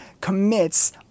commits